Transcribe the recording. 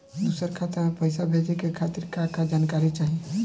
दूसर खाता में पईसा भेजे के खातिर का का जानकारी चाहि?